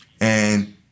And-